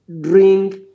drink